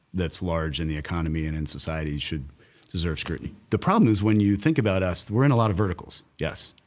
that's large in the economy and in society should deserve scrutiny. the problem is, when you think about us, we're in a lot of verticals, yes.